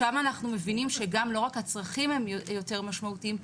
שם אנחנו מבינים שגם לא רק הצרכים הם יותר משמעותיים,